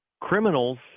criminals